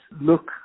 look